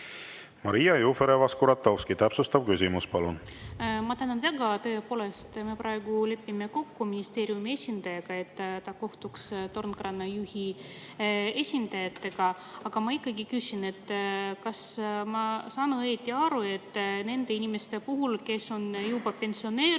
Maria Jufereva-Skuratovski, täpsustav küsimus, palun! Ma tänan väga! Tõepoolest, me praegu lepime kokku ministeeriumi esindajaga, et ta kohtuks tornkraanajuhtide esindajatega. Aga ma ikkagi küsin, kas ma saan õigesti aru, et nende inimeste puhul, kes on juba pensioneerunud,